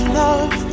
love